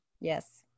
Yes